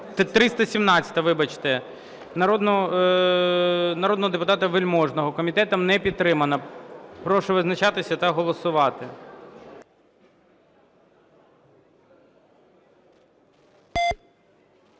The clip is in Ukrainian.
317-у, вибачте, народного депутата Вельможного. Комітетом не підтримана. Прошу визначатися та голосувати.